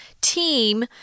team